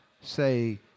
say